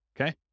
okay